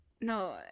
No